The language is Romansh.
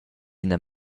ina